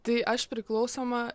tai aš priklausoma